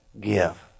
give